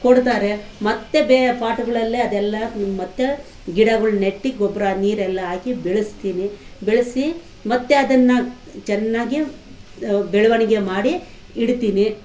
ಕೊಡ್ತಾರೆ ಮತ್ತೆ ಬೇರೆ ಫಾಟ್ಗಳಲ್ಲೇ ಅದೆಲ್ಲ ಮತ್ತೆ ಗಿಡಗಳು ನೆಟ್ಟು ಗೊಬ್ಬರ ನೀರೆಲ್ಲ ಹಾಕಿ ಬೆಳೆಸ್ತೀನಿ ಬೆಳೆಸಿ ಮತ್ತೆ ಅದನ್ನು ಚೆನ್ನಾಗಿ ಬೆಳವಣಿಗೆ ಮಾಡಿ ಇಡ್ತೀನಿ